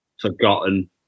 forgotten